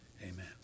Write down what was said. Amen